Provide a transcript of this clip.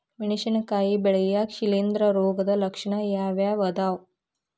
ಮೆಣಸಿನಕಾಯಿ ಬೆಳ್ಯಾಗ್ ಶಿಲೇಂಧ್ರ ರೋಗದ ಲಕ್ಷಣ ಯಾವ್ಯಾವ್ ಅದಾವ್?